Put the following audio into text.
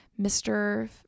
Mr